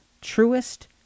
truest